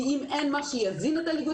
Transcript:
הרי אין לנו מה להמשיך לחזק את הליגות